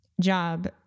job